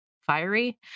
fiery